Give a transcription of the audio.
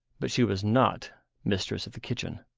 but she was not mistress of the kitchen.